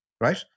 right